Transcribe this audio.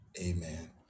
Amen